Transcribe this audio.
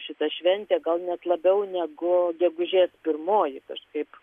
šita šventė gal net labiau negu gegužės pirmoji kažkaip